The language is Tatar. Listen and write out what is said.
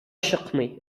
чыкмый